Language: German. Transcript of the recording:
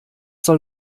soll